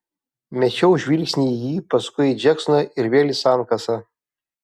mečiau žvilgsnį į jį paskui į džeksoną ir vėl į sankasą